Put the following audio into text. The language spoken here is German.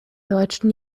deutschen